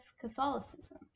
catholicism